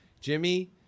jimmy